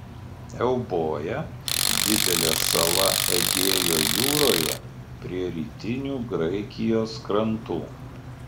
euboja didelė sala egėjo jūroje prie rytinių graikijos krantų